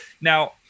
Now